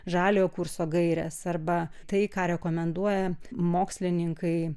žaliojo kurso gaires arba tai ką rekomenduoja mokslininkai